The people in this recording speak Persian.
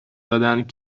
دادند